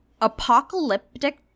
apocalyptic